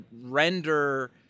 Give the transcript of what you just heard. render